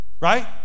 right